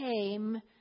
came